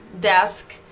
desk